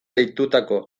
deitutako